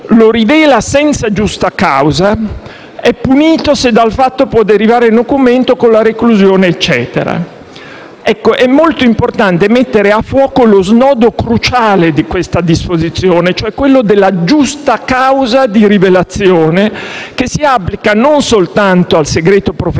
lo rivela, senza giusta causa (...) è punito, se dal fatto può derivare nocumento, con la reclusione ecc.». È molto importante mettere a fuoco lo snodo cruciale di questa disposizione: quello della giusta causa di rivelazione, che si applica non soltanto al segreto professionale,